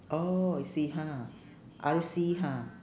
oh I see ha R_C ha